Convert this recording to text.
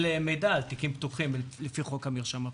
מידע על תיקים פתוחים לפי חוק המרשם הפלילי.